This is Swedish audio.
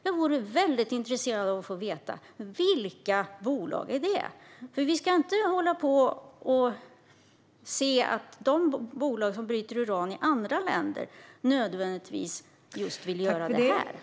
Jag är väldigt intresserad av att få veta vilka bolag det handlar om. Vi ska inte tro att bolag som bryter uran i andra länder nödvändigtvis vill göra det just här.